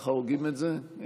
ככה הוגים את זה?